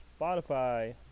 Spotify